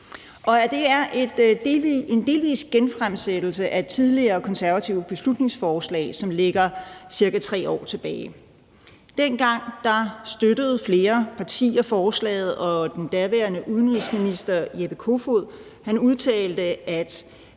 det er en delvis genfremsættelse af Konservatives tidligere beslutningsforslag, som ligger ca. 3 år tilbage. Dengang støttede flere partier forslaget, og den daværende udenrigsminister, Jeppe Kofod, udtalte, at